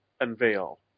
unveil